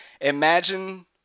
Imagine